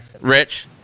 Rich